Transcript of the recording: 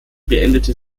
beendete